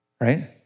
right